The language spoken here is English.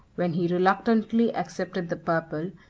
when he reluctantly accepted the purple,